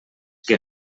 que